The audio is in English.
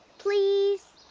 please?